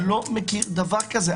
אני לא מכיר דבר כזה.